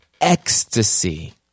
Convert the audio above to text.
ecstasy